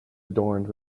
adorned